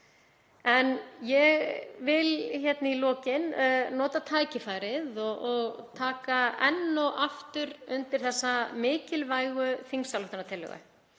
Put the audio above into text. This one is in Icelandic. Ég vil í lokin nota tækifærið og taka enn og aftur undir þessa mikilvægu þingsályktunartillögu